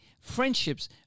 friendships